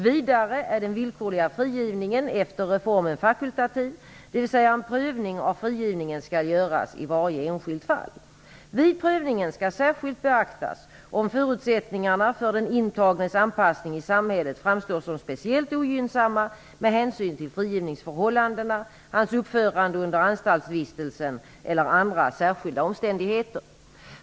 Vidare är den villkorliga frigivningen efter reformen fakultativ, dvs. en prövning av frigivningen skall göras i varje enskilt fall. Vid prövningen skall särskilt beaktas om förutsättningarna för den intagnes anpassning i samhället framstår som speciellt ogynnsamma med hänsyn till frigivningsförhållandena, hans uppförande under anstaltsvistelsen eller andra särskilda omständigheter.